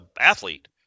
athlete